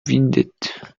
windet